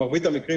במרבית המקרים,